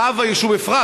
רב היישוב אפרת,